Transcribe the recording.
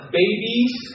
babies